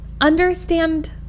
understand